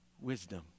wisdom